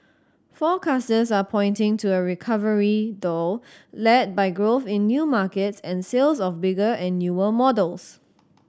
forecasters are pointing to a recovery though led by growth in new markets and sales of bigger and newer models